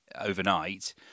overnight